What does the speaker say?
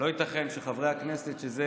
לא ייתכן שבהצעות דחופות או רגילות לסדר-היום, שזה